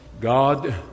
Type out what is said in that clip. God